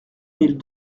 mille